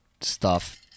stuff-